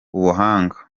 ubuhanga